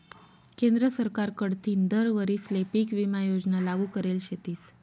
केंद्र सरकार कडथीन दर वरीसले पीक विमा योजना लागू करेल शेतीस